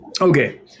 Okay